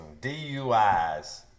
DUIs